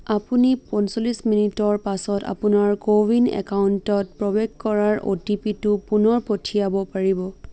আপুনি পঞ্চল্লিছ মিনিটৰ পাছত আপোনাৰ কো ৱিন একাউণ্টত প্ৰৱেশ কৰাৰ অ' টি পিটো পুনৰ পঠিয়াব পাৰিব